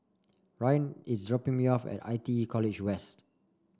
Ryann is dropping me off at I T E College West